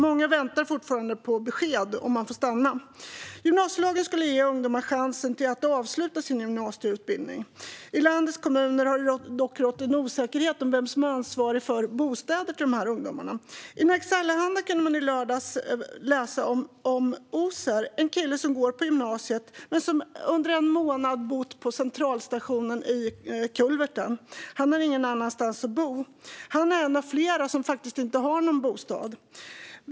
Många väntar fortfarande på besked om de ska få stanna eller inte. Gymnasielagen skulle ge ungdomar chansen att avsluta sin gymnasieutbildning. I landets kommuner har det dock rått en osäkerhet om vem som är ansvarig för bostäder för de här ungdomarna. I Nerikes Allehanda kunde man i lördags läsa om Ozer, en kille som går på gymnasiet men som under en månad bott i kulverten vid centralstationen. Han har ingen annanstans att bo. Han är en av flera som faktiskt inte har någon bostad.